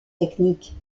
techniques